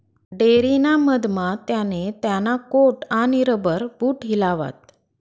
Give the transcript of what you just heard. dairy ना मधमा त्याने त्याना कोट आणि रबर बूट हिलावात